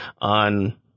on